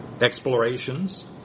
explorations